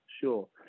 sure